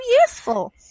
useful